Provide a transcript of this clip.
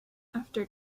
after